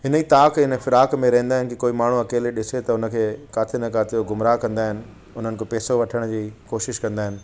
इन ई ताक़ इन ई फिराक़ में रहंदा आहिनि की कोई माण्हू अकेले ॾिसे त हुनखे काथे न किते गुमराह कंदा इन उन्हनि खां पेसो वठण जी कोशिशि कंदा आहिनि